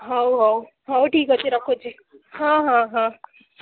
ହଉ ହଉ ହଉ ଠିକ୍ ଅଛି ରଖୁଛି ହଁ ହଁ ହଁ